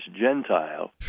Gentile